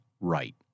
right